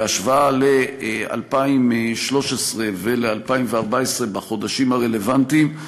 בהשוואה ל-2013 ול-2014 בחודשים הרלוונטיים,